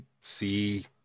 see